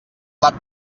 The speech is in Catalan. plat